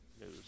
news